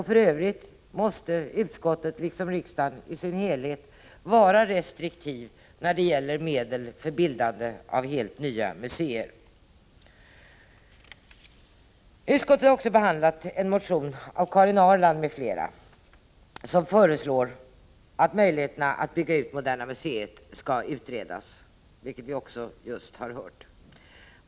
Dessutom måste utskottet liksom riksdagen i övrigt vara restriktiv när det gäller medel för byggande av helt nya museer. Utskottet har också behandlat en motion av Karin Ahrland m.fl. som föreslår att möjligheterna att bygga ut Moderna museet skall utredas, något som vi också just har hört.